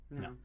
no